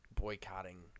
boycotting